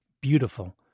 beautiful